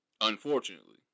Unfortunately